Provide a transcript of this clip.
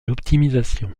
l’optimisation